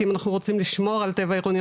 כי אם אנחנו רוצים לשמור על טבע עירוני,